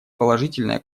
положительное